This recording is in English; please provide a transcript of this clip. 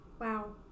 wow